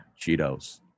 Cheetos